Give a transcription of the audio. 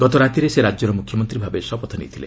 ଗତ ରାତିରେ ସେ ରାଜ୍ୟର ମୁଖ୍ୟମନ୍ତ୍ରୀ ଭାବେ ଶପଥ ନେଇଥିଲେ